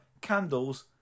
Candles